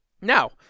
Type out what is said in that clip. Now